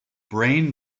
brain